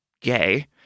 gay